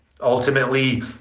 ultimately